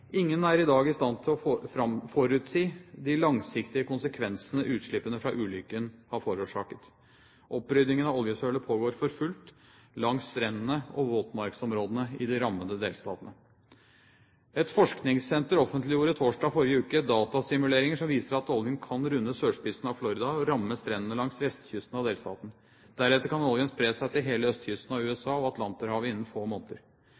Ingen er i dag i stand til å forutsi de langsiktige konsekvensene utslippene fra ulykken har forårsaket. Oppryddingen av oljesølet pågår for fullt langs strendene og våtmarksområdene i de rammede delstatene. Et forskningssenter offentliggjorde torsdag i forrige uke datasimuleringer som viser at oljen kan runde sørspissen av Florida og ramme strendene langs vestkysten av delstaten. Deretter kan oljen spre seg til hele østkysten av USA og Atlanterhavet innen få måneder.